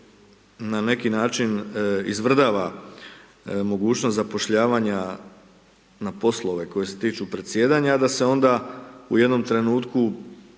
na neki način izvrdava mogućnost zapošljavanja na poslove koji se tiču predsjedanja a da se onda u jednom trenutku